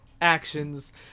actions